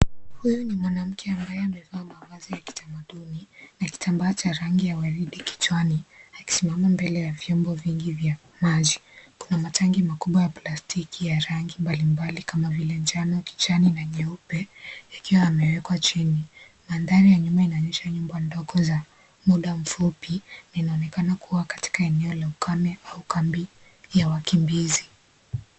Huyu ni mwanamke ambaye amevaa mavazi ya kitamaduni na kitambaa cha rangi ya warida kichwani akisimama mbele ya vyombo vingi vya maji. Kuna matanga makubwa ya plastiki ya rangi mbalimbali kama vile njano, kijani na nyeupe ikiwa yamewekwa chini. Mandhari ya nyuma inaonyesha nyumba ndogo za muda mfupi na inaonekana kuwa katika eneo la ukame au kambi ya wakimbizi